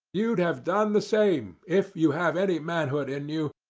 you'd have done the same, if you have any manhood in you,